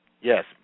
Yes